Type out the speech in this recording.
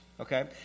okay